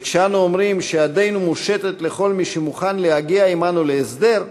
וכשאנו אומרים שידנו מושטת לכל מי שמוכן להגיע עמנו להסדר,